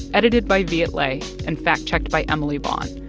edited by viet le and fact-checked by emily vaughn.